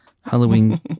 Halloween